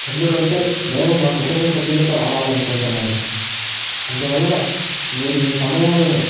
ఎందుకంటే మేము మా కుటుంబ సభ్యులతో రావాలనుకుంటున్నాము అందువలన మీరు మీ సమయాలను